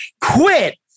Quit